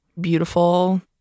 beautiful